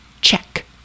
check